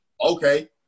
okay